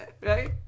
Right